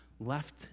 Left